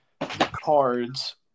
cards